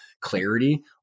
clarity